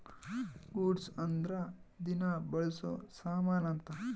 goods ಅಂದ್ರ ದಿನ ಬಳ್ಸೊ ಸಾಮನ್ ಅಂತ